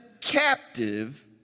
captive